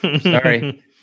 Sorry